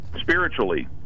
spiritually